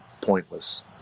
pointless